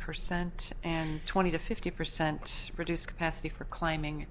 percent and twenty to fifty percent reduced capacity for climbing